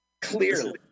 Clearly